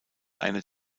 einer